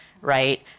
right